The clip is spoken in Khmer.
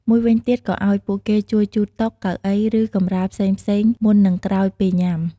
មួយវិញទៀតក៏ឲ្យពួកគេជួយជូតតុ កៅអី ឬ កម្រាលផ្សេងៗមុន និងក្រោយពេលញ៉ាំ។